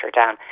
down